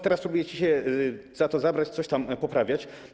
Teraz próbujecie się za to zabrać i coś tam poprawiać.